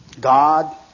God